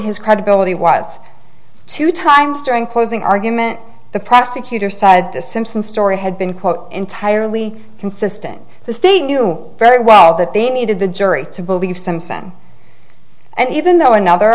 his credibility was two times during closing argument the prosecutor said the simpson story had been quote entirely consistent the state knew very well that they needed the jury to believe some sense and even though another